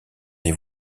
des